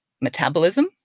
metabolism